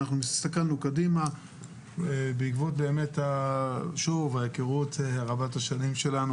הסתכלנו קדימה בעקבות ההיכרות רבת-השנים שלנו